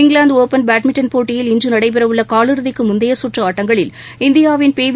England open badminton போட்டியில் இன்று நடைபெறவுள்ள காலிறுதிக்கு முந்தைய சுற்று ஆட்டங்களில் இந்தியாவின் பிவி